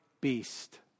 beast